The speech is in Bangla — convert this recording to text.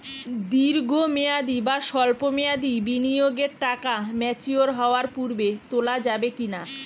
দীর্ঘ মেয়াদি বা সল্প মেয়াদি বিনিয়োগের টাকা ম্যাচিওর হওয়ার পূর্বে তোলা যাবে কি না?